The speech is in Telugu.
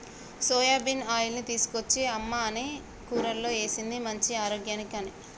సోయాబీన్ ఆయిల్ని తీసుకొచ్చి అమ్మ అన్ని కూరల్లో వేశింది మంచిది ఆరోగ్యానికి అని